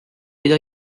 ida